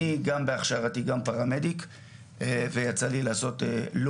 אני גם בהכשרתי גם פרמדיק ויצא לי לעשות לא